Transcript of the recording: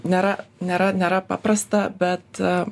nėra nėra nėra paprasta bet